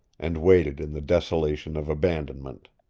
and waited in the desolation of abandonment.